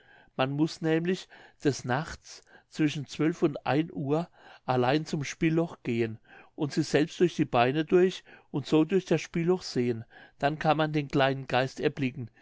man muß nämlich des nachts zwischen zwölf und ein uhr allein zum spillloch gehen und sich selbst durch die beine durch und so durch das spillloch sehen dann kann man den kleinen geist erblicken